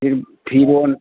ꯐꯤꯔꯣꯟ